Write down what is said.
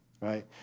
right